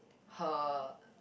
her